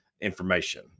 information